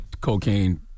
cocaine